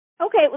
Okay